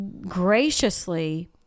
graciously